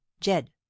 Jed